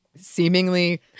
Seemingly